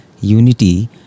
unity